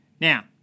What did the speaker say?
Now